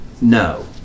No